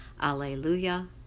Alleluia